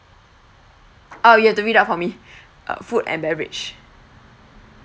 oh you have to read it out for me food and beverage